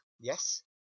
yes